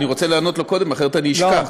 אני רוצה לענות לו קודם, אחרת אני אשכח.